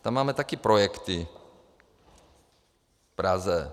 Tam máme také projekty v Praze.